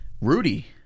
Rudy